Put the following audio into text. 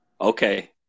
Okay